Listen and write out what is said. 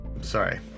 sorry